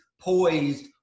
poised